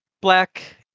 Black